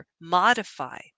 modify